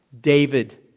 David